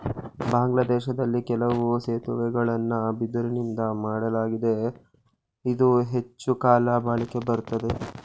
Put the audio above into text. ಬಾಂಗ್ಲಾದೇಶ್ದಲ್ಲಿ ಕೆಲವು ಸೇತುವೆಗಳನ್ನ ಬಿದಿರುನಿಂದಾ ಮಾಡ್ಲಾಗಿದೆ ಇದು ಹೆಚ್ಚುಕಾಲ ಬಾಳಿಕೆ ಬರ್ತದೆ